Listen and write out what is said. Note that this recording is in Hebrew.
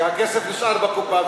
שהכסף נשאר בקופה,